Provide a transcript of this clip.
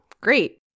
Great